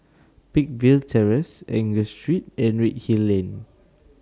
Peakville Terrace Angus Street and Redhill Lane